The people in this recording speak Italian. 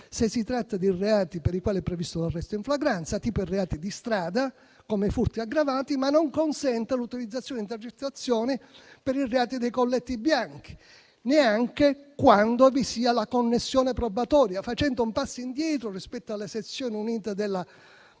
se si tratta di reati per i quali è previsto l'arresto in flagranza, tipo i reati di strada come i furti aggravati, ma non consente l'utilizzazione di intercettazioni per i reati dei colletti bianchi, neanche quando vi sia la connessione probatoria, facendo un passo indietro rispetto alle sezioni unite della